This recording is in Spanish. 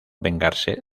vengarse